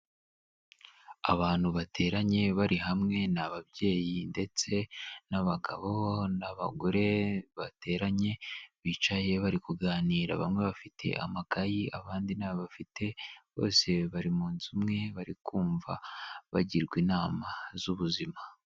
Abantu bateranye bari hamwe ni ababyeyi ndetse n'abagabo n'abagore, bateranye bicaye bari kuganira, bamwe bafite amakayi, abandi ntayo bafite, bose bari mu nzu imwe bari kumva bagirwa inama z'ubuzima.